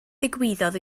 ddigwyddodd